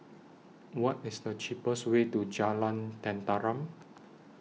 What IS The cheapest Way to Jalan Tenteram